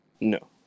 No